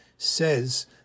says